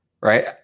right